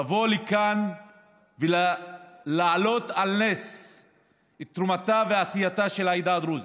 לבוא לכאן ולהעלות על נס את תרומתה ועשייתה של העדה הדרוזית.